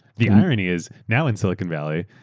the irony is, now in silicon valley,